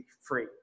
free